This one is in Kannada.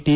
ಟಿ